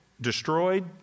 destroyed